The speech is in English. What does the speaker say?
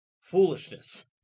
foolishness